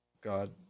God